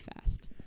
fast